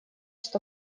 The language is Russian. что